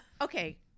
Okay